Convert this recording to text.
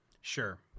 Sure